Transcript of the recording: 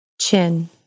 Chin